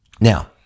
Now